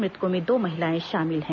मृतकों में दो महिलाएं शामिल हैं